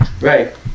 Right